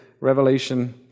Revelation